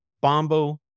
Bombo